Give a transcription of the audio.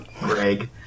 Greg